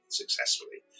successfully